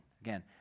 Again